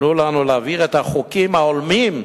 תנו לנו להעביר את החוקים ההולמים,